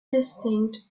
distinct